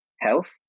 health